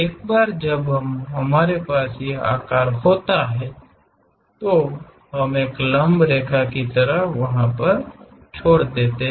एक बार जब हमारे पास यह आकार होता है तो हम एक लंब रेखा की तरह होते हैं